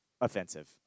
offensive